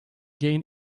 gain